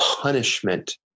punishment